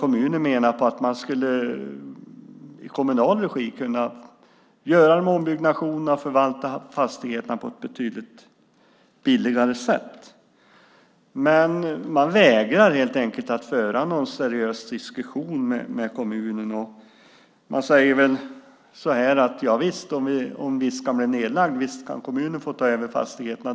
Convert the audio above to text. Kommunen menar att man i kommunal regi kan göra en ombyggnation och förvalta fastigheterna på ett betydligt billigare sätt. Men Specialfastigheter vägrar att föra en seriös diskussion med kommunen. Specialfastigheter anser att om Viskan blir nedlagd kan kommunen ta över fastigheterna.